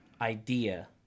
idea